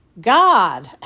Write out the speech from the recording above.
God